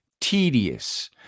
tedious